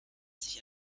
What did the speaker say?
sich